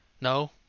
No